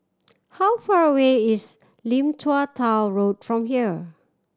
how far away is Lim Tua Tow Road from here